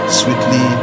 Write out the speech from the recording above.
sweetly